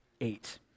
eight